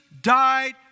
died